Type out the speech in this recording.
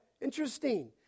Interesting